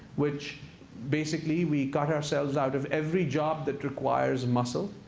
which basically we got ourselves out of every job that requires muscle.